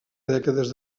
dècades